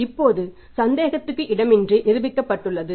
இப்போது சந்தேகத்துக்கு இடமின்றி நிரூபிக்கப்பட்டுள்ளது